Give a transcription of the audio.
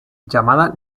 llamada